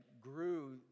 grew